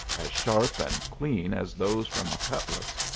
as sharp and clean as those from a cutlass,